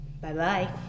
Bye-bye